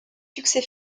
succès